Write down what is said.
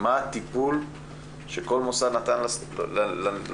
איזה טיפול נתן כל מוסד לנפגעת.